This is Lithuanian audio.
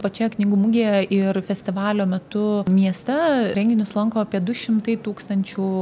pačioje knygų mugėje ir festivalio metu mieste renginius lanko apie du šimtai tūkstančių